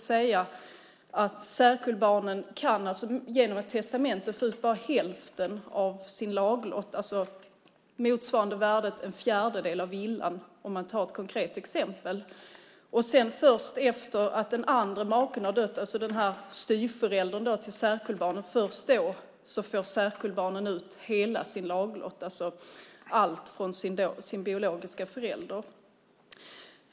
Särkullbarnen kan alltså genom ett testamente få ut bara hälften av sin laglott, alltså motsvarande värdet av en fjärdedel av villan för att ta ett konkret exempel. Först efter det att den andra maken - styvföräldern till särkullbarnen - har dött får särkullbarnen ut hela sin laglott, det vill säga allt från sin biologiska förälder.